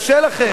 קשה לכם.